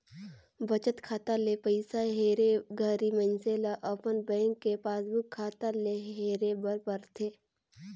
बचत खाता ले पइसा हेरे घरी मइनसे ल अपन बेंक के पासबुक खाता ले हेरे बर परथे